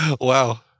wow